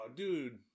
dude